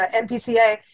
NPCA